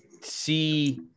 see